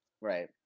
Right